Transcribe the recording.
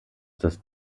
das